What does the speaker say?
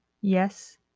yes